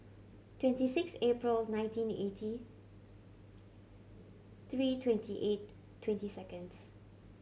twenty six April nineteen eighty three twenty eight twenty seconds